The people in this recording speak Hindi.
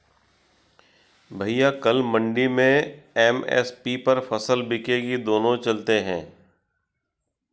भैया कल मंडी में एम.एस.पी पर फसल बिकेगी दोनों चलते हैं